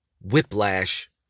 whiplash